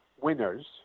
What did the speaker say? winners